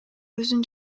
өзүн